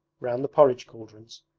round the porridge-cauldrons,